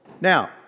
Now